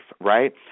right